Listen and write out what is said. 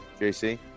JC